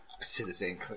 Citizen